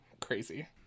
Crazy